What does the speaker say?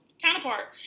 counterpart